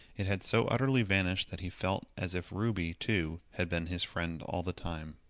it had so utterly vanished that he felt as if ruby, too, had been his friend all the time.